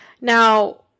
now